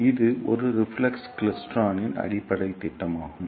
எனவே இது ஒரு ரிஃப்ளெக்ஸ் கிளைஸ்டிரானின் அடிப்படை திட்டமாகும்